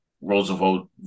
Roosevelt